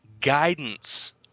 Guidance